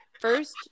first